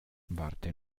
warte